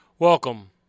Welcome